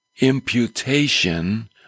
imputation